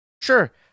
sure